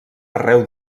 arreu